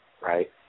right